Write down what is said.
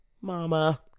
mama